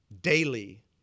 daily